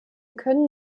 können